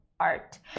art